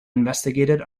investigated